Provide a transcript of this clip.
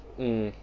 mm